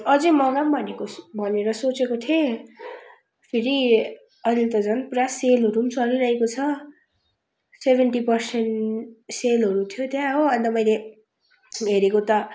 अझ मगाउ भनेको भनेर सोचेको थिएँ फेरि अहिले त झन् पुरा सेलहरू चलिरहेको छ सेभेन्टी पर्सेन्ट सेलहरू थियो त्यहाँ हो अन्त मैले हेरेको त